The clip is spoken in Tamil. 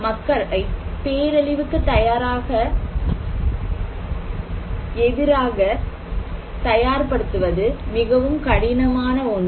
மக்களை பேரழிவுக்கு எதிராக தயார்படுத்துவது மிகவும் கடினமான ஒன்று